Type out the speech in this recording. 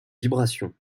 vibrations